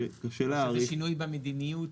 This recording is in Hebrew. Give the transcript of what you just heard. צריך שינוי במדיניות.